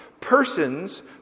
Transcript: persons